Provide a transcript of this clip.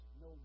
no